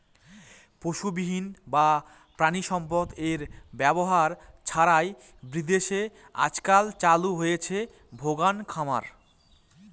পশুবিহীন বা প্রানীসম্পদ এর ব্যবহার ছাড়াই বিদেশে আজকাল চালু হয়েছে ভেগান খামার